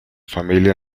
familia